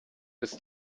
ist